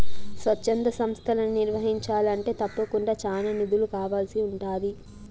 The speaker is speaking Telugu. స్వచ్ఛంద సంస్తలని నిర్వహించాలంటే తప్పకుండా చానా నిధులు కావాల్సి ఉంటాది